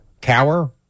Cower